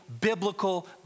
biblical